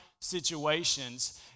situations